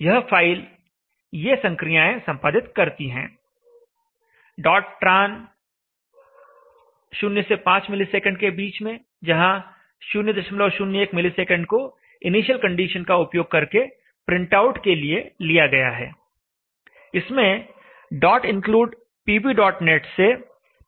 यह फाइल ये संक्रियाएं संपादित करती है tran 0 से 5 ms के बीच में जहां 001 ms को इनिशियल कंडीशन का उपयोग करके प्रिंटआउट के लिए लिया गया है